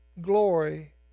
glory